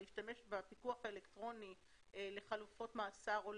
להשתמש בפיקוח האלקטרוני לחלופות מאסר או